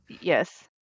Yes